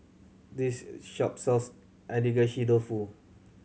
this shop sells Agedashi Dofu